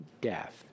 death